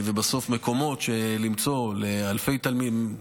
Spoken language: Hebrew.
ובסוף למצוא מקומות לאלפי תלמידים.